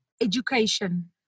education